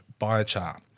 biochar